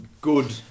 good